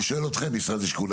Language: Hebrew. אני שואל אתכם משרד השיכון.